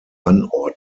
anordnung